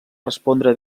respondre